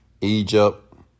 Egypt